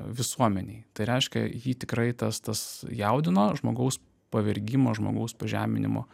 visuomenei tai reiškia jį tikrai tas tas jaudino žmogaus pavergimo žmogaus pažeminimo